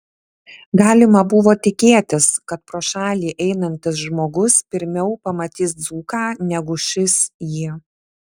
galima buvo tikėtis kad pro šalį einantis žmogus pirmiau pamatys dzūką negu šis jį